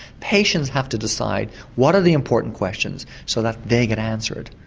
patients have to decide, what are the important questions, so that they get answered.